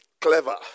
clever